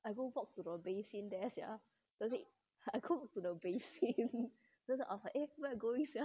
I go walk to the basin there sia damn it I walk to the basin then I was like eh where I going sia